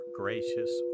gracious